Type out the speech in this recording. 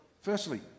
firstly